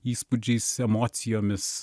įspūdžiais emocijomis